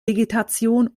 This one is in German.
vegetation